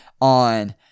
on